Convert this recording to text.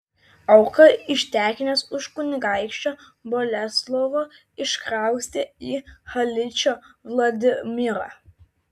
auką ištekinęs už kunigaikščio boleslovo iškraustė į haličo vladimirą